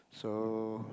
so